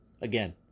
again